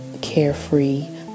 carefree